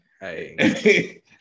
Hey